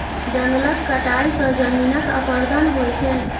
जंगलक कटाई सँ जमीनक अपरदन होइ छै